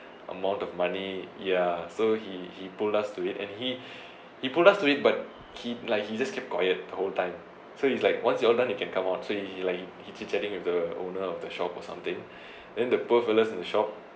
amount of money ya so he he pulled us to it and he he pulled us to it but he like he just keep quiet the whole time so he's like once you all done you can come out so he like he chit chatting with the owner of the shop or something then the poor fellows in the shop